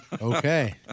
Okay